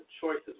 choices